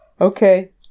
Okay